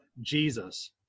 Jesus